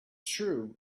true